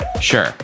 Sure